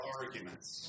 arguments